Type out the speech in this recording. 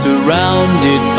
Surrounded